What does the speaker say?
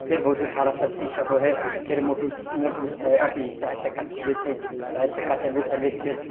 फेर बहुते छौड़ा सब चीज सब होइ हइ फेर मोटु मोटु अथी चारि चक्का चलबै छै चारि चक्का चलबैत चलबैत फेर